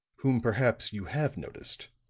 whom perhaps you have noticed.